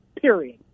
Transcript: period